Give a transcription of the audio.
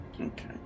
Okay